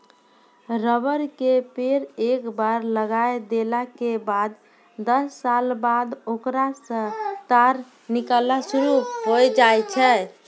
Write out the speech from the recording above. rubber के पेड़ एक बार लगाय देला के बाद दस साल बाद होकरा सॅ टार निकालना शुरू होय जाय छै